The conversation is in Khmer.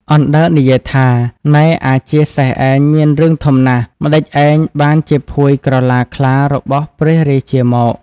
អណ្ដើកនិយាយថា៖ "នែ! អាជាសេះឯងមានរឿងធំណាស់ ម្ដេចឯងបានជាភួយក្រឡាខ្លារបស់ព្រះរាជាមក?"